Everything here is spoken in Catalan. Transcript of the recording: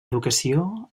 educació